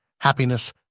happiness